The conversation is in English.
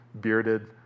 bearded